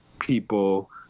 people